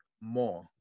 more